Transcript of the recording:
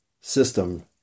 system